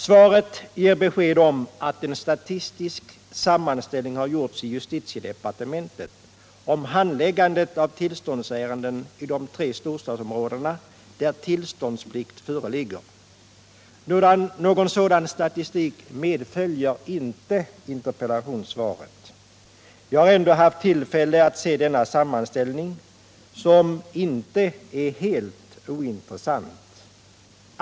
Svaret ger besked om att en statistisk sammanställning har gjorts i justitiedepartementet om handläggandet av tillståndsärenden i de tre storstadsområdena, där tillståndsplikt föreligger. Någon sådan statistik med följer inte interpellationssvaret. Jag har ändå haft tillfälle att se denna sammanställning, som inte är helt ointressant.